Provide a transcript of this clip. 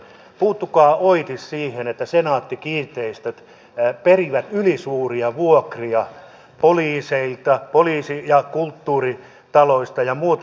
puuttukaa oitis siihen että senaatti kiinteistöt perivät ylisuuria vuokria poliisi ja kulttuuritaloista ja muualta